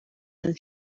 and